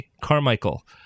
Carmichael